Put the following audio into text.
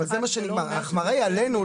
ההחמרה היא עלינו,